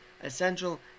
Essential